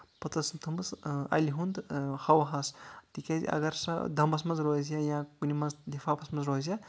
پَتہٕ ٲسٕن تھٲمٕژ الہِ ہُنٛد ہوہَس تِکیٚازِ اَگر سۄ دمَس منٛز روزِ ہا یا کُنہِ منٛز لِفافس منٛز روزِ ہا